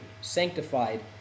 sanctified